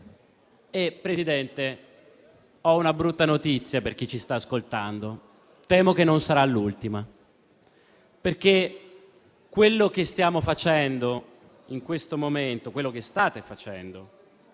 Presidente, ho una brutta notizia per chi ci sta ascoltando: temo che non sarà l'ultima. Quello che stiamo facendo in questo momento (quello che state facendo)